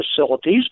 facilities